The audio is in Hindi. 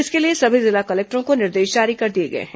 इसके लिए सभी जिला कलेक्टरों को निर्देश जारी कर दिए गए हैं